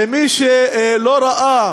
למי שלא ראה